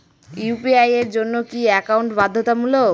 UPI এর জন্য কি একাউন্ট বাধ্যতামূলক?